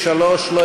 44, אין נמנעים.